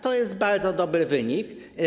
To jest bardzo dobry wynik.